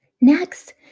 Next